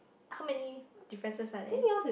how many differences are there